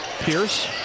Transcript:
Pierce